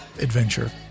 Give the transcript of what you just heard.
Adventure